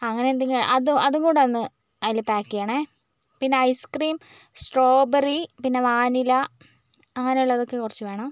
അങ്ങനെ എന്തേലും അതും അതും കൂടെ അതില് പാക്ക് ചെയ്യണേ പിന്നെ ഐസ്ക്രീം സ്ട്രൗബെറി പിന്നെ വാനില അങ്ങനെയുള്ളത് കുറച്ചു വേണം